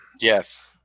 Yes